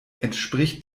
entspricht